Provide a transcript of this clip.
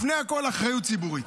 לפני הכול, אחריות ציבורית.